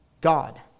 God